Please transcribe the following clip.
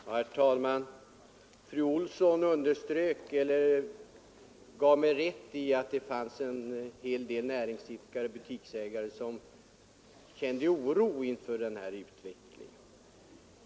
Herr talman! Fru Olsson i Hölö gav mig rätt i att det finns en hel del näringsidkare och butiksägare som känner oro inför denna utveckling.